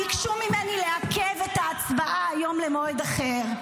ביקשו ממני לעכב את ההצבעה היום למועד אחר.